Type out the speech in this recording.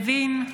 לוין,